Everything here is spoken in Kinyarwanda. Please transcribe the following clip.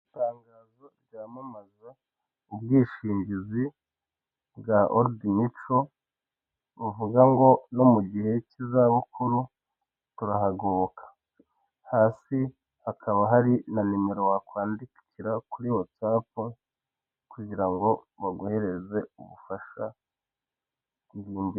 Itangazo ryamamaza ubwishingizi bwa orudi mituro bivuga ngo no migihe k'izabukuru turahagoboka, hasi hakaba hari na nimero wakwandikira kuru watsapu kugira ngo baguhereze ubufasha n'ibindi.